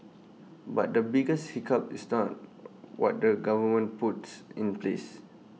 but the biggest hiccup is not what the government puts in place